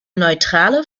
neutrale